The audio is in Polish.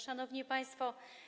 Szanowni Państwo!